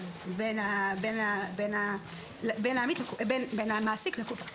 בין המעסיק לקופה.